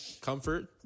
Comfort